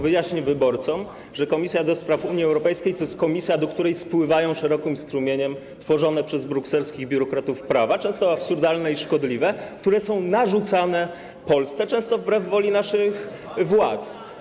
Wyjaśnię wyborcom, że Komisja do Spraw Unii Europejskiej to jest komisja, do której spływają szerokim strumieniem tworzone przez brukselskich biurokratów prawa, często absurdalne i szkodliwe, które są narzucane Polsce często wbrew woli naszych władz.